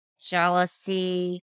jealousy